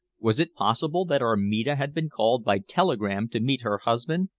was it possible that armida had been called by telegram to meet her husband,